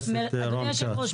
אדוני היושב ראש,